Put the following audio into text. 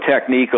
technique